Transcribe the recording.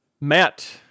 Matt